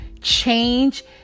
change